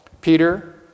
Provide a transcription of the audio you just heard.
Peter